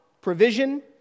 provision